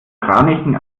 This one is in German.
kranichen